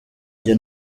njye